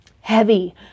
heavy